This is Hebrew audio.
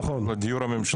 של הדיור הממשלתי?